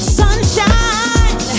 sunshine